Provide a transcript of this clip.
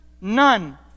none